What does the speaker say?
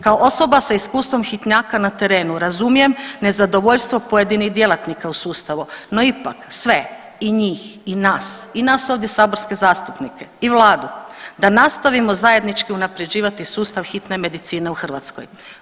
Kao osoba s iskustvom hitnjaka na terenu razumijem nezadovoljstvo pojedinih djelatnika u sustavu, no ipak sve i njih i nas i nas ovdje saborske zastupnike i vladu da nastavimo zajednički unapređivati sustav hitne medicine u Hrvatskoj.